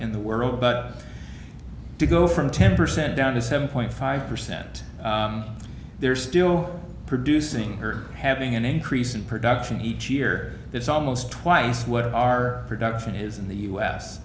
in the world but to go from ten percent down to seven point five percent they're still producing or having an increase in production each year it's almost twice what our production is in the u